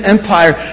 Empire